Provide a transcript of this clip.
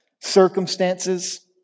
Circumstances